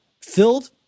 filled